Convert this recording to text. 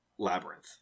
Labyrinth